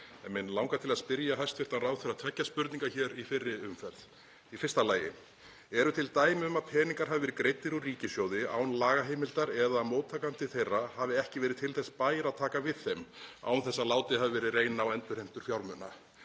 Mig langar að spyrja hæstv. ráðherra tveggja spurninga í fyrri umferð. Í fyrsta lagi: Eru til dæmi um að peningar hafi verið greiddir úr ríkissjóði án lagaheimildar eða móttakandi þeirra hafi ekki verið til þess bær að taka við þeim án þess að látið hafi verið reyna á endurheimtur fjármuna?